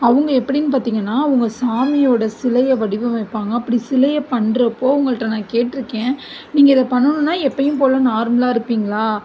அவங்க எப்படின்னு பார்த்திங்கன்னா அவங்க சாமியோட சிலையை வடிவமைப்பாங்கள் அப்படி சிலையை பண்ணுறப்போ அவங்கள்ட்ட நான் கேட்டிருக்கேன் நீங்கள் இதை பண்ணணும்னா எப்பயும் போல் நார்மலாக இருப்பீங்களா